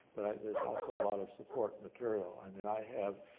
but there's also a lot of support material. i mean i have